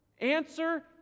Answer